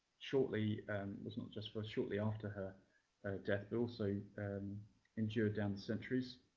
shortly was not just for shortly after her death but also endured down the centuries.